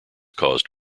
caused